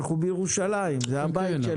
אנחנו בירושלים, זה הבית שלנו.